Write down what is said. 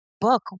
book